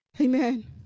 Amen